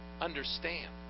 understand